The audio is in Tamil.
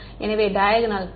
மாணவர் எனவேடையகனல்